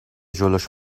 جلوش